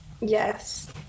yes